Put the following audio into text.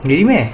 really meh